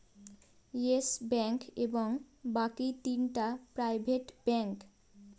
yes Bank এবং বাকি তিনটা প্রাইভেট ব্যাঙ্ক